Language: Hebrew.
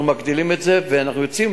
אנחנו מגדילים את זה ואנחנו יוצאים,